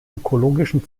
ökologischen